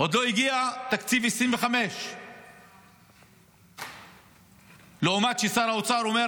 עוד לא הגיע תקציב 2025. למרות ששר האוצר אומר,